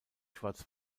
schwarz